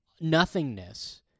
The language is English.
nothingness